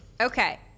okay